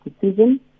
decision